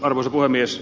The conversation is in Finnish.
arvoisa puhemies